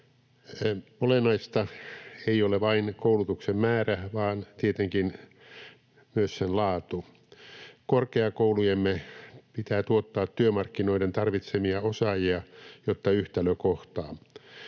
Olennaista ei ole vain koulutuksen määrä, vaan tietenkin myös sen laatu. Korkeakoulujemme pitää tuottaa työmarkkinoiden tarvitsemia osaajia, jotta yhtälö kohtaa.